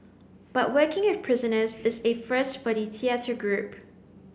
but working with prisoners is a first for the theatre group